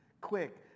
Quick